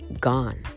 gone